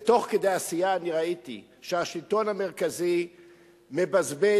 ותוך כדי עשייה ראיתי שהשלטון המרכזי מבזבז,